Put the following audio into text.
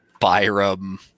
Byram